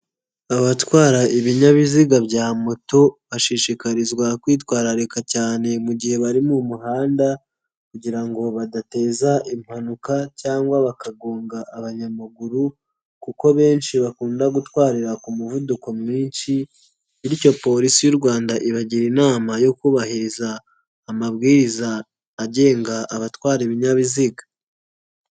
Abatwara ibinyabiziga bya moto bashishikarizwa kwitwararika cyane mu gihe bari mu muhanda kugira ngo badateza impanuka cyangwa bakagonga abanyamaguru kuko benshi bakunda gutwarira ku muvuduko mwinshi bityo Polisi y'u Rwanda ibagira inama yo kubahiriza amabwiriza agenga abatwara ibinyabiziga.